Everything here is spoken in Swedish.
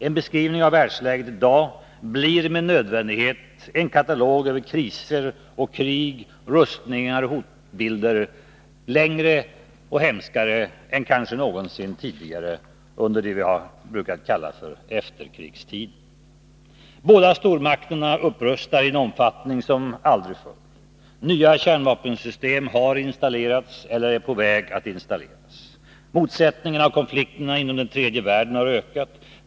En beskrivning av världsläget i dag blir med nödvändighet en katalog över kriser och krig, rustningar och hotbilder, längre och hemskare än kanske någonsin tidigare under vad vi brukat kalla för efterkrigstiden. Båda stormakterna upprustar i en omfattning som aldrig förr. Nya kärnvapensystem har installerats eller är på väg att installeras. Motsättningarna och konflikterna inom den tredje världen har ökat.